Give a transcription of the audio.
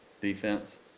defense